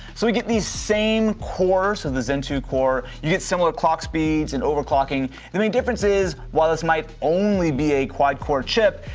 so we get these same cores and into zen two core, you get similar clock speeds and overclocking. the main difference is, while this might only be a quad core chip,